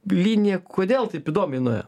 linija kodėl taip įdomiai nuėjo